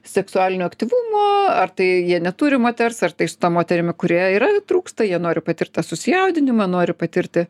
seksualinio aktyvumo ar tai jie neturi moters ar tai su ta moterimi kur jie yra trūksta jie nori patirt tą susijaudinimą nori patirti